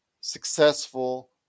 successful